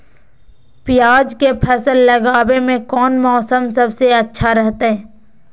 प्याज के फसल लगावे में कौन मौसम सबसे अच्छा रहतय?